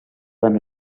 van